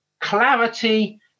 clarity